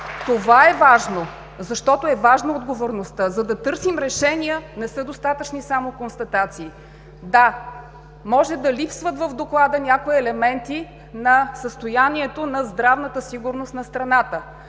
Това е важно, защото е важна отговорността. За да търсим решения, не са достатъчно само констатации! Да, в Доклада може да липсват някои елементи от състоянието на здравната сигурност в страната.